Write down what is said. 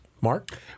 Mark